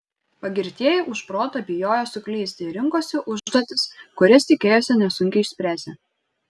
pagirtieji už protą bijojo suklysti ir rinkosi užduotis kurias tikėjosi nesunkiai išspręsią